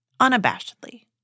unabashedly